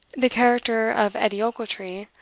the character of edie ochiltree,